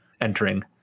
entering